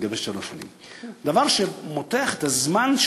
הדבר מותח את הזמן,